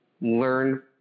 learn